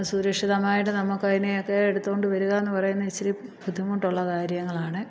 സുരഷിതമായിട്ട് നമുക്കതിനെ ഒക്കെ എടുത്തോണ്ട് വരികായെന്ന് പറയുന്ന ഇച്ചിരി ബുദ്ധിമുട്ടുള്ള കാര്യങ്ങളാണ്